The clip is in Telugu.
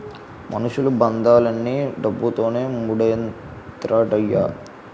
మనుషులు బంధాలన్నీ డబ్బుతోనే మూడేత్తండ్రయ్య